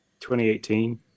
2018